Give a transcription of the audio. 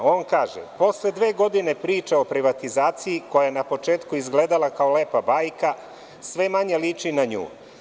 On kaže: „Posle dve godine priče o privatizaciji, koja je na početku izgledala kao lepa bajka, sve manje liči na nju.